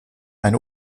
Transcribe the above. eine